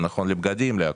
זה נכון לבגדים להכל,